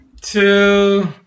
two